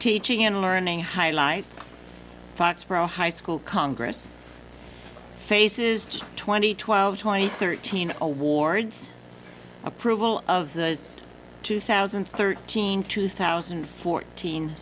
teaching and learning highlights foxborough high school congress faces twenty twelve twenty thirteen awards approval of the two thousand and thirteen two thousand and fourteen